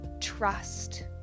trust